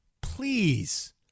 please